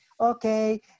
Okay